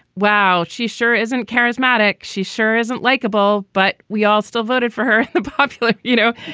wow, she sure isn't charismatic. she sure isn't likable. but we all still voted for her. the popular you know,